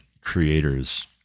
creators